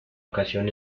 ocasión